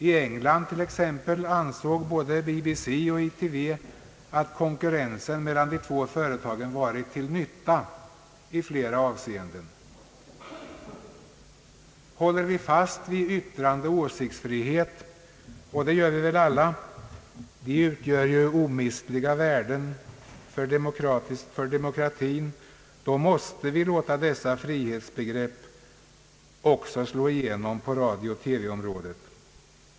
I England t.ex. anser både BBC och ITV att konkurrensen mellan de två företagen varit till nytta i flera avseenden. Håller vi fast vid yttrandeoch åsiktsfriheten — och det gör vi väl alla, ty de utgör ju omistliga värden för demokratin — måste vi låta dessa frihetsbegrepp slå igenom också på radiooch TV-området.